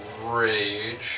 Rage